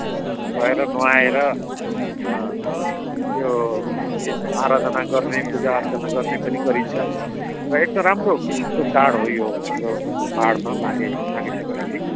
भएर नुहाएर त्यो ए अँ आराधना गर्ने पूजाअर्चना गर्ने पनि गरिन्छ एक प्रकारको राम्रो चाड हो यो हाम्रो पाहाडमा माघे माघे सङ्क्रान्ति